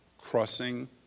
crossing